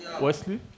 Wesley